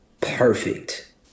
perfect